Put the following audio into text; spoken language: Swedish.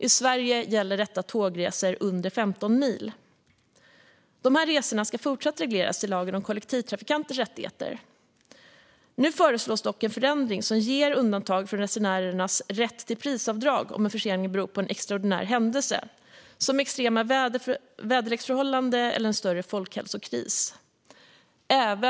I Sverige gäller detta tågresor under 15 mil. De här resorna ska fortsatt regleras i lagen om kollektivtrafikanters rättigheter. Nu föreslås dock en förändring, även för kollektivtrafikanter, som ger ett undantag från resenärens rätt till prisavdrag om en försening beror på en extraordinär händelse som extrema väderleksförhållanden eller en större folkhälsokris.